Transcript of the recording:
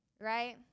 right